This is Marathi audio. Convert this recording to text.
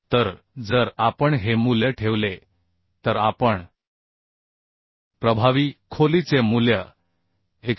तर जर आपण हे मूल्य ठेवले तर आपण प्रभावी खोलीचे मूल्य 117